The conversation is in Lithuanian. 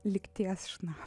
lygties na